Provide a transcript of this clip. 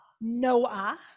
Noah